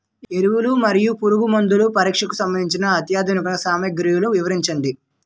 ఎరువులు మరియు పురుగుమందుల పరీక్షకు సంబంధించి అత్యాధునిక సామగ్రిలు వివరించండి?